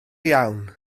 iawn